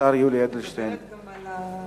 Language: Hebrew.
והשר יולי אדלשטיין יענה.